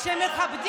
משהו.